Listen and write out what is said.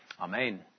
Amen